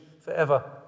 forever